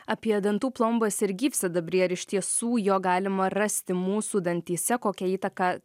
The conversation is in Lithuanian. apie dantų plombas ir gyvsidabrį ar iš tiesų jo galima rasti mūsų dantyse kokią įtaką